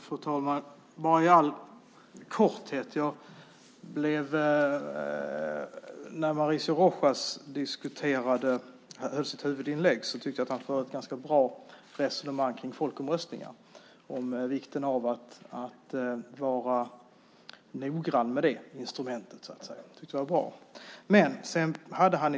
Fru talman! Låt mig bara i all korthet säga att Mauricio Rojas i sitt huvudinlägg förde ett ganska bra resonemang om folkomröstningar, om vikten av att vara noggrann med det instrumentet. Jag tyckte att det var bra.